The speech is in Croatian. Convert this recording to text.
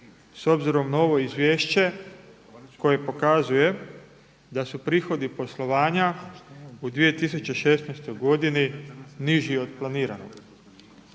s obzirom na ovo izvješće koje pokazuje da su prihodi poslovanja u 2016. godini niži od planiranog.